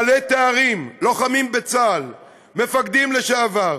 בעלי תארים, לוחמים בצה"ל, מפקדים לשעבר,